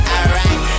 Alright